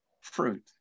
fruit